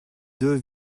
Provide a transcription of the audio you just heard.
deux